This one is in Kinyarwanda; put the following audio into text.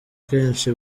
kenshi